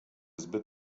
zbyt